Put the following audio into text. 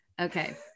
Okay